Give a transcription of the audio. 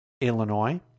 Illinois